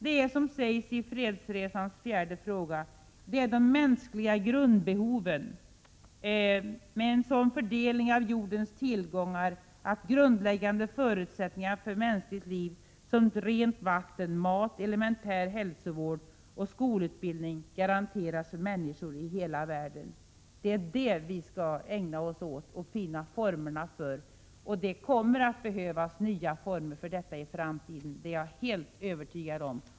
Det är, som det sägs i fredsresans fjärde fråga, de mänskliga grundbehoven med en sådan fördelning av jordens tillgångar att grundläggande förutsättningar för mänskligt liv såsom rent vatten, mat, elementär hälsovård och skolutbildning garanteras för människor i hela världen som vi skall ägna oss åt och finna formerna för. Och att det kommer att behövas nya former för detta i framtiden är jag helt övertygad om.